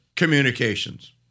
communications